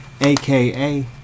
aka